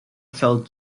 felt